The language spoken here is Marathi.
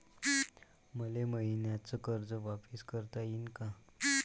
मले मईन्याचं कर्ज वापिस करता येईन का?